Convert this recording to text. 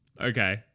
Okay